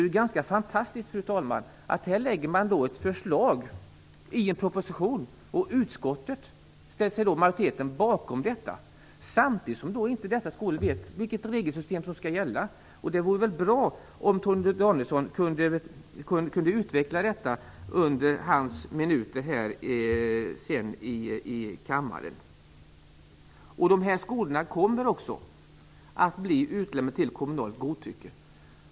Här lägger man alltså i en proposition fram ett förslag, som majoriteten i utskottet ställer sig bakom och som gör att dessa skolor inte vet vilket regelsystem som skall gälla. Det är ganska fantastiskt, fru talman. Det vore bra om Torgny Danielsson kunde utveckla detta under sina minuter här i talarstolen. Dessa skolor kommer att bli utlämnade till kommunalt godtycke.